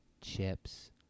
chips